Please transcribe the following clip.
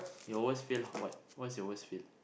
your fail what what is your worst fail